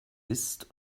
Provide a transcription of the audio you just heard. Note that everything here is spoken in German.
ist